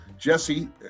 Jesse